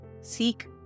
seek